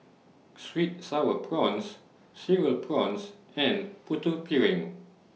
Sweet Sour Prawns Cereal Prawns and Putu Piring